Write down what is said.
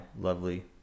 lovely